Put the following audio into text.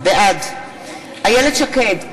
בעד איילת שקד,